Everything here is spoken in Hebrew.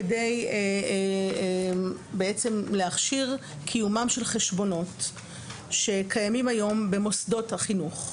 כדי להכשיר קיומם של חשבונות שקיימים היום במוסדות החינוך.